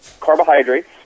Carbohydrates